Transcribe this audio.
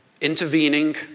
intervening